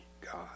God